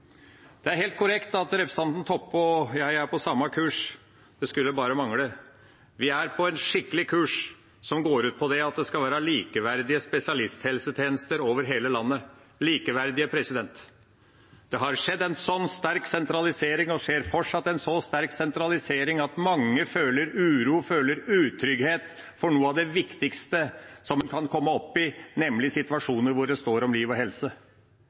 Det er helt korrekt at representanten Toppe og jeg er på samme kurs – det skulle bare mangle! Vi er på en skikkelig kurs, som går ut på at det skal være likeverdige spesialisthelsetjenester over hele landet – likeverdige! Det har skjedd en så sterk sentralisering, og det skjer fortsatt en så sterk sentralisering, at mange føler uro og utrygghet for noe av det viktigste en kan komme oppi, nemlig situasjoner hvor det står om liv og helse.